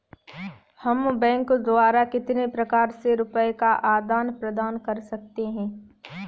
हम बैंक द्वारा कितने प्रकार से रुपये का आदान प्रदान कर सकते हैं?